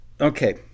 Okay